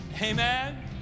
amen